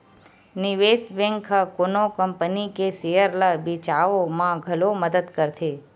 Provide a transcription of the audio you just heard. निवेस बेंक ह कोनो कंपनी के सेयर ल बेचवाय म घलो मदद करथे